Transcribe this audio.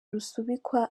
rusubikwa